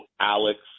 Alex